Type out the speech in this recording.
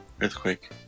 Earthquake